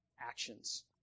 actions